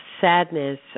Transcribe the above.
sadness